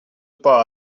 pas